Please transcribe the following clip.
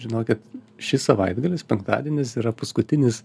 žinokit šis savaitgalis penktadienis yra paskutinis